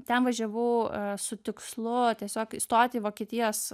ten važiavau su tikslu tiesiog įstoti į vokietijos